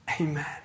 Amen